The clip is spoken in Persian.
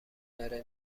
داره